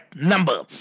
number